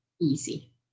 easy